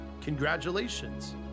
congratulations